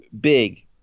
big